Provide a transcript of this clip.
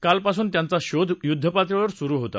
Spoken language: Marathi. कालपासून त्यांचा शोध युद्धपातळीवर सुरू होता